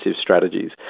strategies